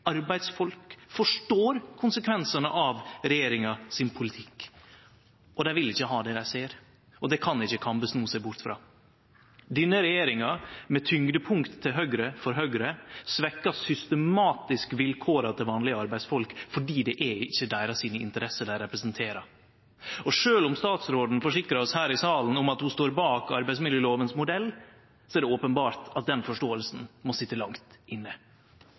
og dei vil ikkje ha det dei ser. Det kan ikkje Kambe sno seg bort frå. Denne regjeringa, med eit tyngdepunkt til høgre for Høgre, svekkjer systematisk vilkåra for vanlege arbeidsfolk, for det er ikkje deira interesser dei representerer. Og sjølv om statsråden forsikra oss her i salen om at ho står bak arbeidsmiljølovas modell, er det openbert at den forståinga må sitje langt inne.